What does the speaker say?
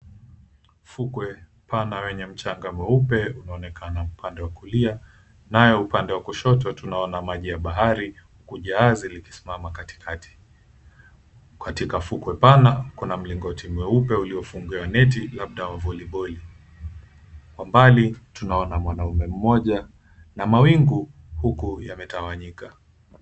Fukwe pana wenye mchanga mweupe unaonekana upande wa kulia nayo upande wa kushoto tunaona maji ya bahari kujaa likisimama katikakati, katika fukwe pana Kuna mlingoti mweupe uliofungwa neti labda wa voliboli, kwa mbali tunaona mwanaume mmoja na mawingu huku yametawanyika.